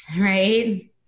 right